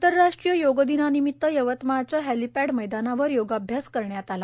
आंतरराष्ट्रीय योग दिनानिमित्त यवतमाळच्या हेलिपॅंड मैदानावर योगाभ्यास करण्यात आला